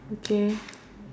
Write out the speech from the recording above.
okay